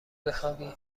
بخوابی